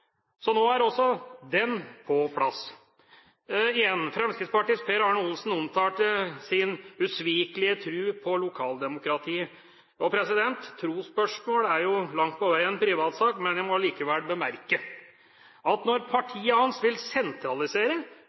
Så nå er også den på plass. Igjen: Fremskrittspartiets Per Arne Olsen omtalte sin usvikelige tro på lokaldemokratiet. Trosspørsmål er langt på vei en privatsak, men jeg må allikevel bemerke at når partiet hans vil